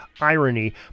irony